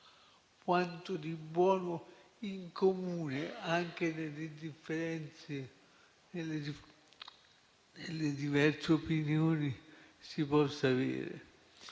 quanto di buono in comune, anche nelle differenze e nelle diverse opinioni, si possa avere.